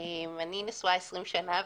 אני נשואה 20 שנה,